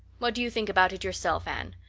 what do you think about it yourself, anne?